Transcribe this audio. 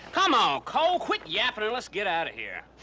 come on, cole. quit yapping and let's get out of here.